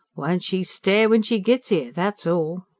won't she stare when she gits ere, that's all!